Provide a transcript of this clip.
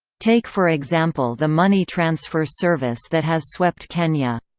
take for example the money transfer service that has swept kenya.